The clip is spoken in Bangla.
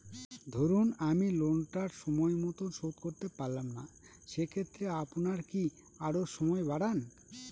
ধরুন আমি লোনটা সময় মত শোধ করতে পারলাম না সেক্ষেত্রে আপনার কি আরো সময় বাড়ান?